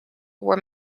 were